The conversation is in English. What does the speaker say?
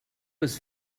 was